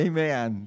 Amen